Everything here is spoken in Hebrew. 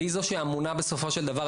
והיא זה שאמונה בסופו של דבר,